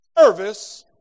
service